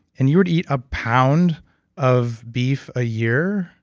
and you were to eat a pound of beef a year.